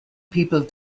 people